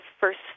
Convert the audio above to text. first